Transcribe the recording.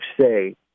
say